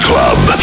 Club